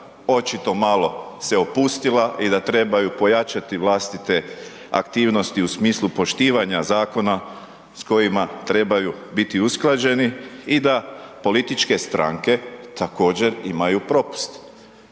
očito malo se opustila i da trebaju pojačati vlastite aktivnosti u smislu poštivanja zakona s kojima trebaju biti usklađeni i da političke stranke također imaju propust.